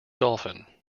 dolphin